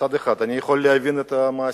מצד אחד אני יכול להבין את המעסיקים.